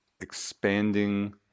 expanding